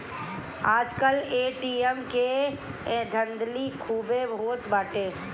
आजकल ए.टी.एम के धाधली खूबे होत बाटे